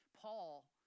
Paul